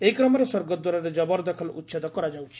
ଏହି କ୍ରମରେ ସ୍ୱର୍ଗଦ୍ୱାରରେ ଜବରଦଖଲ ଉଛେଦ କରାଯାଉଛି